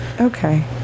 okay